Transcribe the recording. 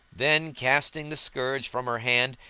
then, casting the scourge from her hand,